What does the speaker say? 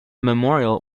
memorial